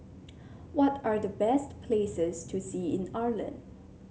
what are the best places to see in Iceland